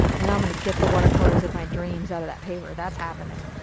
and i'm going to get the watercolors of my dreams out of that paper. that's happening.